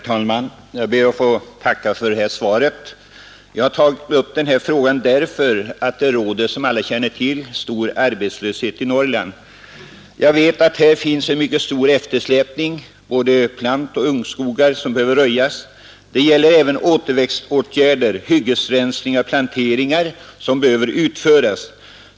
Herr talman! Jag ber att få tacka för svaret. Jag har tagit upp den här frågan därför att det — som alla känner till — råder stor arbetslöshet i Norrland. Jag vet att här finns en mycket stor eftersläpning. Det är både plantoch ungskogar som behöver röjas. Det gäller även återväxtåtgärder, hyggesrensningar och planteringar som behöver utföras.